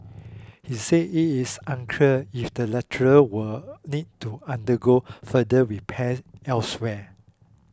he said it is unclear if the latter will need to undergo further repairs elsewhere